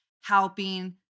helping